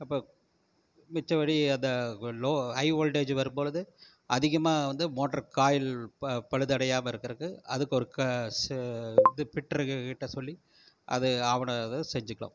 அப்போ மிச்சப்படி அந்த லோ ஹை ஓல்ட்டேஜு வரும்பொழுது அதிகமாக வந்து மோட்ரு காயில் ப பழுதடையாமல் இருக்கறதுக்கு அதுக்கு ஒரு க இது பிட்ருங்கக்கிட்ட சொல்லி அது அவனை செஞ்சிக்கலாம்